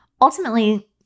ultimately